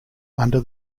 under